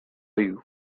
you